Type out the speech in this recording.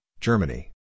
Germany